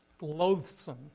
loathsome